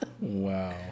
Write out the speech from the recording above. wow